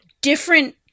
different